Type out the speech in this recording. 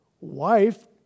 wife